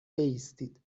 بایستید